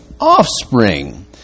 offspring